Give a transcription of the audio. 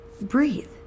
Breathe